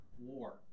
war